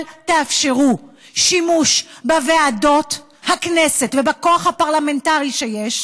אל תאפשרו שימוש בוועדות הכנסת ובכוח הפרלמנטרי שיש,